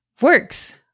works